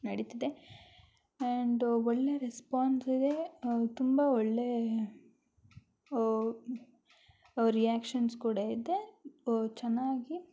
ನಡಿತಿದೆ ಆ್ಯಂಡ್ ಒಳ್ಳೆಯ ರೆಸ್ಪಾನ್ಸ್ ಇದೆ ತುಂಬ ಒಳ್ಳೆಯ ರಿಯಾಕ್ಷನ್ಸ್ ಕೂಡ ಇದೆ ಚೆನ್ನಾಗಿ